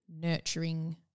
nurturing